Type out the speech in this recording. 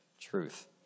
truth